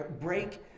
Break